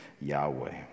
Yahweh